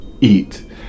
eat